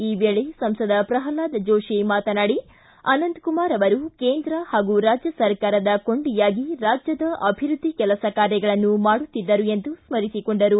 ಈ ವೇಳೆ ಸಂಸದ ಪ್ರಲ್ವಾದ ಜೋಶಿ ಮಾತನಾಡಿ ಅನಂತಕುಮಾರ್ ಅವರು ಕೇಂದ್ರ ಹಾಗೂ ರಾಜ್ಯ ಸರ್ಕಾರದ ಕೊಂಡಿಯಾಗಿ ರಾಜ್ಯದ ಅಭಿವೃದ್ಧಿ ಕೆಲಸ ಕಾರ್ಯಗಳನ್ನು ಮಾಡುತ್ತಿದ್ದರು ಎಂದು ಸ್ಮರಿಸಿಕೊಂಡರು